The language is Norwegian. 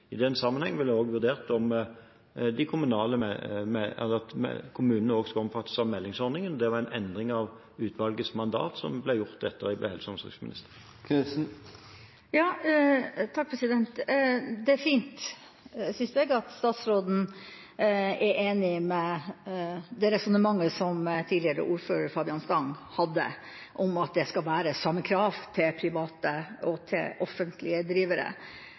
I den sammenheng blir det også vurdert om kommunene skal omfattes av meldingsordningen. Det var en endring av utvalgets mandat som ble gjort etter at jeg ble helse- og omsorgsminister. Det er fint, synes jeg, at statsråden er enig med resonnementet tidligere ordfører Fabian Stang hadde om at det skal være samme krav til private og til offentlige drivere.